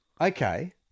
Okay